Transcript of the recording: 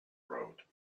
road